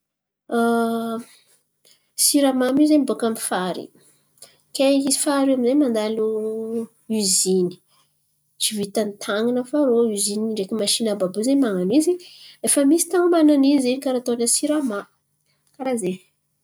Siramamy io zen̈y boaka amy fary. Ke i fary io amy zay mandalo izìny. Tsy vitan'ny tan̈ana fa rô izìny ndreky masìny àby àby io zen̈y man̈ano izy. Efa misy tany man̈ano izy zen̈y karà ataony a Sirama. Karà zen̈y.